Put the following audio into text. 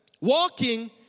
Walking